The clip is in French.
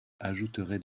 ajouterait